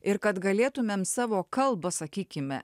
ir kad galėtumėm savo kalbą sakykime